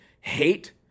hate